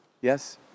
Yes